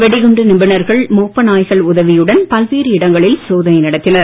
வெடிகுண்டு நிபுணர்கள் மோப்பநாய்கள் உதவியுடன் பல்வேறு இடங்களில் சோதனை நடத்தினர்